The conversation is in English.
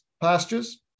pastures